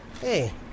Hey